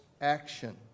action